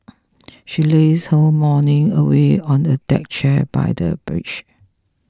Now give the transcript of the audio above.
she lazed her whole morning away on a deck chair by the beach